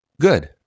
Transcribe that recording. good